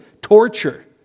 torture